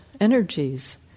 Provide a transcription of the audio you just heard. energies